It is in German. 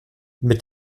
mit